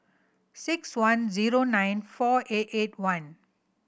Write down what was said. six one zero nine four eight eight one